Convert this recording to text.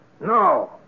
No